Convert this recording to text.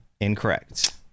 Incorrect